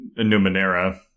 Numenera